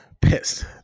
pissed